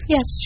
Yes